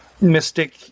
Mystic